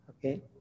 Okay